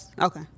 Okay